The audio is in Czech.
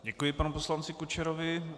Děkuji panu poslanci Kučerovi.